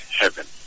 heaven